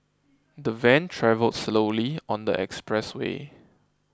the van travelled slowly on the expressway